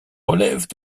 relèvent